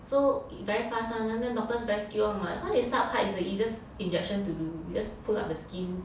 so very fast [one] then doctors very skilled [one] [what] cause it's sub cut it's the easiest injection to do you just pull up the skin